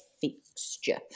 fixture